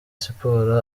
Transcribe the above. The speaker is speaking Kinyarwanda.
siporo